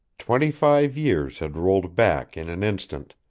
twenty-five years had rolled back in an instant,